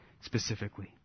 specifically